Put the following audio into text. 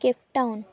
Cape Town